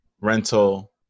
Rental